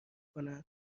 کند